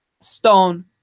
stone